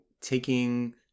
taking